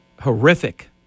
horrific